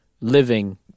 living